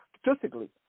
statistically